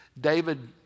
David